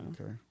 Okay